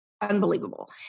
unbelievable